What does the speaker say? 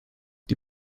die